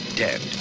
dead